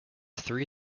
three